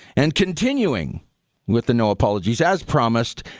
and continuing with the no apologies, as promised,